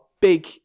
big